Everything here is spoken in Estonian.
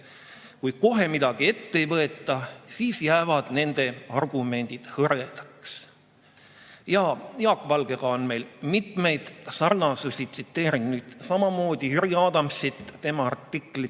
kui kohe midagi ette ei võeta, jäävad nende argumendid hõredaks."Jaak Valgega on meil mitmeid sarnasusi. Tsiteeringi nüüd samamoodi Jüri Adamsit, tema artiklit,